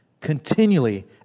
Continually